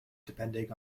depending